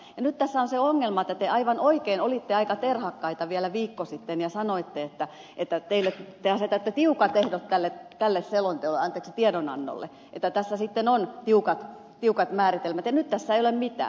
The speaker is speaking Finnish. nyt tässä on se ongelma että te aivan oikein olitte aika terhakkaita vielä viikko sitten ja sanoitte että te asetatte tiukat ehdot tälle tiedonannolle että tässä sitten on tiukat määritelmät ja nyt tässä ei ole mitään